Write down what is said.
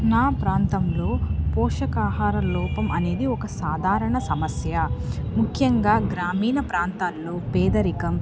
నా ప్రాంతంలో పోషకాహార లోపం అనేది ఒక సాధారణ సమస్య ముఖ్యంగా గ్రామీణ ప్రాంతాల్లో పేదరికం